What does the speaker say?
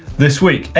this week,